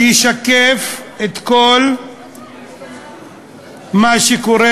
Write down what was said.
שישקף את כל מה שקורה,